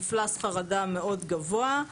מפלס חרדה מאוד גבוה.